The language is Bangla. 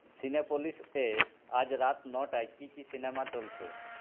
সিনেপোলিস এ আজ রাত নটায় কি কি সিনেমা চলছে